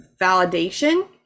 validation